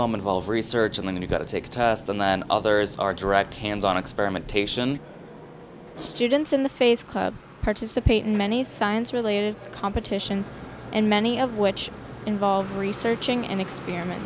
them involve research and then you got to take them and others are direct hands on experimentation students in the face club participate in many science related competitions and many of which involve researching and experiment